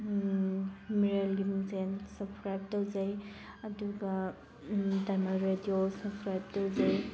ꯃꯦꯔꯤꯜꯒꯤ subscribe ꯇꯧꯖꯩ ꯑꯗꯨꯒ Diamond Radio subscribe ꯇꯧꯖꯩ